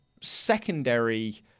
secondary